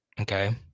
okay